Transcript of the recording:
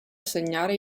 assegnare